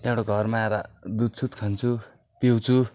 त्यहाँबाट घरमा आएर दुधसुत खान्छु पिउँछु